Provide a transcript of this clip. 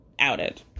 outed